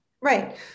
Right